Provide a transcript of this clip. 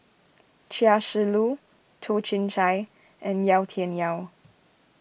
Chia Shi Lu Toh Chin Chye and Yau Tian Yau